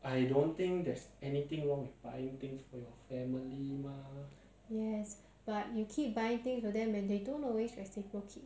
that aunt didn't even eat the soy bean it was other people